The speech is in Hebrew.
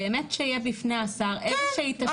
באמת שיהיה בפני השר איזושהי תשתית לבחור ממנה.